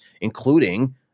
including